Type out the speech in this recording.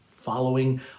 following